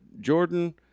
Jordan